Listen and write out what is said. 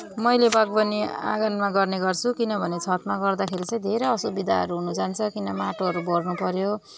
मैले बागवानी आगनमा गर्ने गर्छु किनभने छतमा गर्दा चाहिँ धेरै असुविधाहरू हुनु जान्छ किन माटोहरू भर्नु पऱ्यो